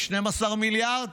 ב-12 מיליארד,